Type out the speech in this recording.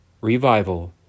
Revival